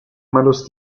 malos